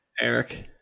Eric